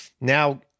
Now